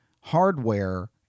hardware